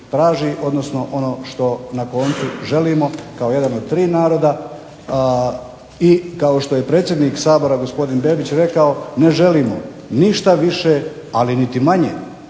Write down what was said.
odnosno ono što na koncu želimo kao jedan od tri naroda i ono što kao što je predsjednik Sabora rekao, ne želimo ništa više ali niti manje